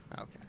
Okay